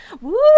Woo